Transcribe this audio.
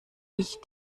ich